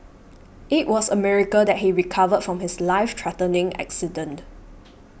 it was a miracle that he recovered from his life threatening accident